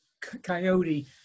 Coyote